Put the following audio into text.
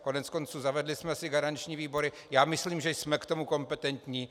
Koneckonců zavedli jsme si garanční výbory, já myslím, že jsme k tomu kompetentní.